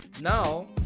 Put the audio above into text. now